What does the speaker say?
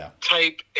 type